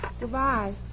Goodbye